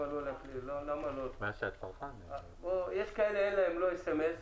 יש כאלה שאין להם סמ"ס,